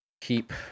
keep